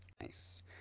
Nice